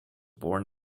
born